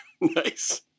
Nice